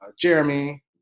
Jeremy